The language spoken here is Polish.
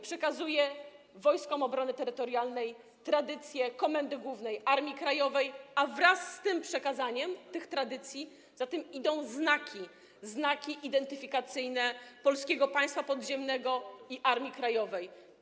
Przekazuje Wojskom Obrony Terytorialnej tradycje Komendy Głównej Armii Krajowej, a wraz z przekazaniem tych tradycji idą znaki, znaki identyfikacyjne Polskiego Państwa Podziemnego i Armii Krajowej.